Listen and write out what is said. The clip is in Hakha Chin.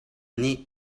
nih